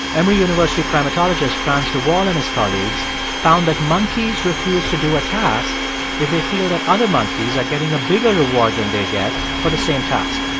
emory university primatologist frans de waal and his colleagues found that monkeys refuse to do a task if they feel that other monkeys are getting a bigger reward than they get for the same task